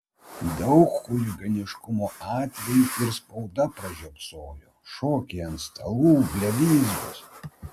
daug chuliganiškumo atvejų ir spauda pražiopso šokiai ant stalų blevyzgos